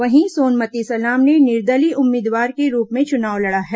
वहीं सोनमती सलाम ने निर्दलीय उम्मीदवार के रूप में चुनाव लड़ा है